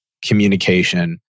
communication